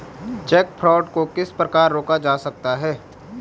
Check fraud को किस प्रकार रोका जा सकता है?